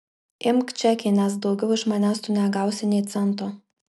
imk čekį nes daugiau iš manęs tu negausi nė cento